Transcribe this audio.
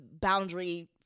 boundary